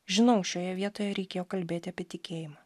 žinau šioje vietoje reikėjo kalbėti apie tikėjimą